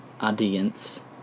audience